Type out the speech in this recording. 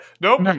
Nope